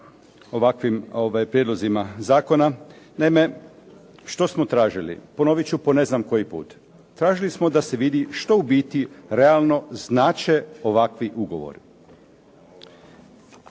ovakvim prijedlozima zakona. Naime, što smo tražili, ponovit ću po ne znam koji put. Tražili smo da se vidi što u biti realno znače ovakvi ugovori.